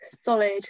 solid